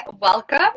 Welcome